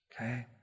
Okay